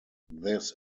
this